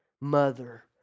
Mother